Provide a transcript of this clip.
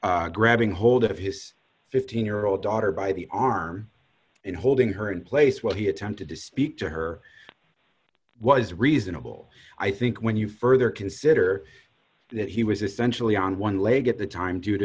grabbing hold of his fifteen year old daughter by the arm and holding her in place while he attempted to speak to her was reasonable i think when you further consider that he was essentially on one leg at the time